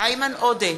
איימן עודה,